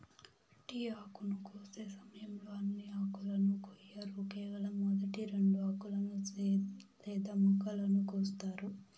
tea ఆకును కోసే సమయంలో అన్ని ఆకులను కొయ్యరు కేవలం మొదటి రెండు ఆకులను లేదా మొగ్గలను కోస్తారు